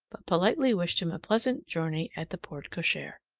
but politely wished him a pleasant journey at the porte-cochere.